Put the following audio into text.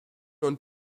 und